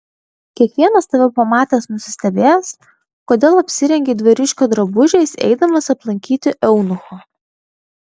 kiekvienas tave pamatęs nusistebės kodėl apsirengei dvariškio drabužiais eidamas aplankyti eunucho